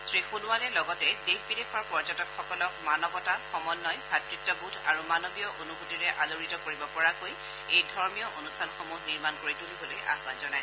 শ্ৰীসোণোৱালে লগতে দেশ বিদেশৰ পৰ্যটকসকলক মানৱতা সমন্বয় ভাতৃত্ববোধ আৰু মানৱীয় অনুভূতিৰে আলোড়িত কৰিব পৰাকৈ এই ধৰ্মীয় অনুষ্ঠানসমূহ নিৰ্মাণ কৰি তুলিবলৈ আহান জনায়